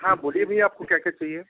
हाँ बोलिए भैया आपको क्या क्या चाहिए